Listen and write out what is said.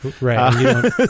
Right